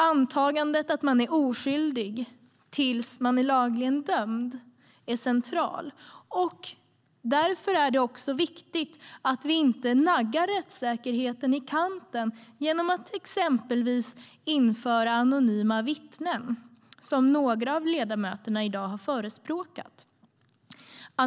Antagandet att man är oskyldig tills man är lagligen dömd är centralt. Därför är det också viktigt att vi inte naggar rättssäkerheten i kanten genom att exempelvis införa anonyma vittnen, vilket några av ledamöterna har förespråkat i dag.